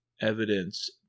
evidence